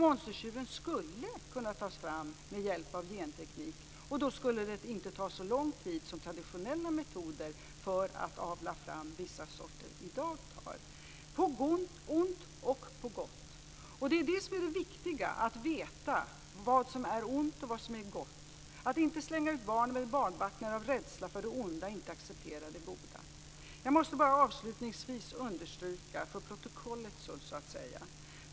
Monstertjuren skulle nämligen kunna tas fram med hjälp av genteknik, och det skulle inte ta så lång tid som det gör i dag att med traditionella metoder avla fram vissa sorter - på ont och på gott. Och det är detta som är det viktiga: att veta vad som är ont och vad som är gott. Man skall inte slänga ut barnet med badvattnet och inte låta bli att acceptera det goda av rädsla för det onda. Avslutningsvis vill jag för protokollets skull understryka en sak.